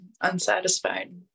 unsatisfied